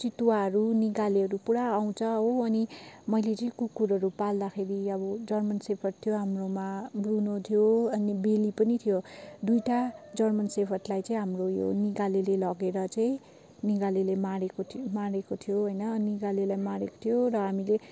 चितुवाहरू निगालेहरू पुरा आउँछ हो अनि मैले चाहिँ कुकुरहरू पाल्दाखेरि अब जर्मन सेफर्ट थियो हाम्रोमा ब्रुनो थियो अनि बेली पनि थियो दुईवटा जर्मन सेफर्टलाई चाहिँ हाम्रो यो निगालेले लगेर चाहिँ निगालेले मारेको मारेको थियो होइन निगालेले मारेको थियो र हामीले